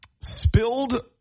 spilled